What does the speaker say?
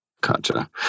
Gotcha